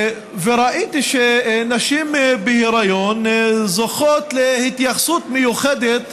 וראיתי שנשים בהיריון זוכות להתייחסות מיוחדת